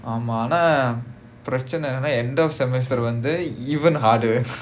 ஆமா ஆனா பிரச்னை என்னனா:aamaa aanaa pirachanai ennanaa end of semester வந்து:vanthu even harder